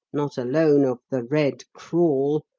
not alone of the red crawl,